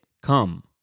come